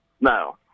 No